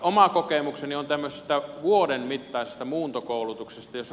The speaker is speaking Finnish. oma kokemukseni on tämmöisestä vuoden mittaisesta muuntokoulutuksesta